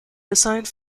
designed